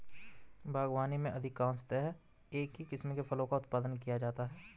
बागवानी में अधिकांशतः एक ही किस्म के फलों का उत्पादन किया जाता है